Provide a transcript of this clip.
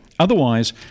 Otherwise